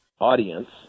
audience